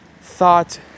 thought